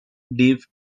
dave